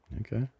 okay